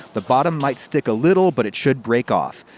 the bottom might stick a little, but it should break off.